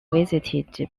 visited